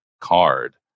card